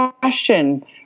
question